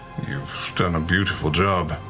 you've done a beautiful job.